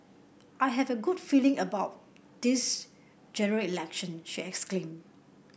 I have a good feeling about this Election she exclaimed